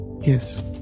Yes